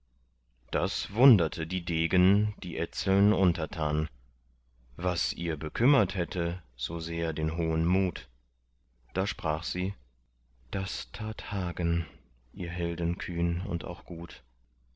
das wunderte die degen die etzeln untertan was ihr bekümmert hätte so sehr den hohen mut da sprach sie das tat hagen ihr helden kühn und auch gut